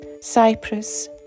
Cyprus